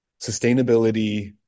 sustainability